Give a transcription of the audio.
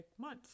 months